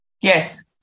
Yes